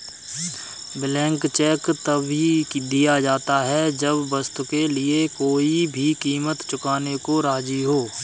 blank cheque तभी दिया जाता है जब वस्तु के लिए कोई भी कीमत चुकाने को राज़ी हो